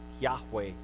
Yahweh